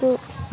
गु